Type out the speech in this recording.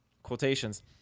Quotations